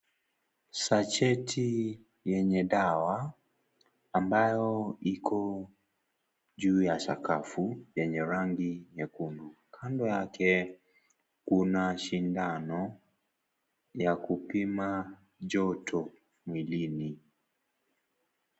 Sacheti yenye dawa ambayo iko juu ya sakafu yenye rangi nyekundu ,kando yake kuna sindano ya kupima joto mwilini.